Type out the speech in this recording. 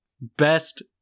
best